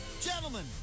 gentlemen